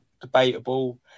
debatable